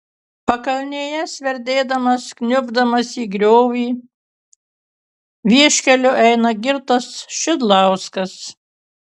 pakalnėje sverdėdamas kniubdamas į griovį vieškeliu eina girtas šidlauskas